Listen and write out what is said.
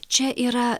čia yra